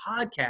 podcast